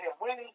winning